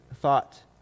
thought